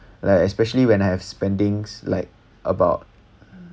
like especially when I have spendings like about